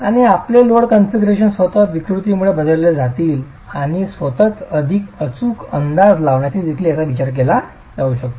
आणि आपले load configuration स्वतः विकृतीमुळे बदलले जाईल आणि स्वतःच अधिक अचूक अंदाज लावण्यासाठी देखील याचा विचार केला जाऊ शकतो